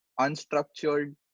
unstructured